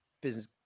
business